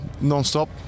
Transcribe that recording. Non-stop